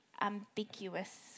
ambiguous